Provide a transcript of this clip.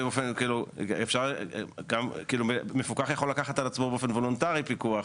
כאילו מפוקח יכול לקחת על עצמו באופן וולונטרי פיקוח.